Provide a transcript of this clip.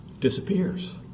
disappears